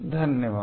धन्यवाद